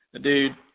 Dude